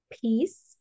peace